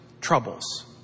troubles